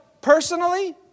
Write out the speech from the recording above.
personally